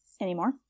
anymore